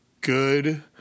good